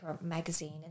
magazine